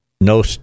No